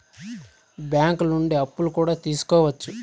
బ్యాంకులు నుండి అప్పులు కూడా తీసుకోవచ్చు